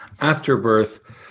afterbirth